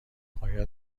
آیا